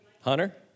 Hunter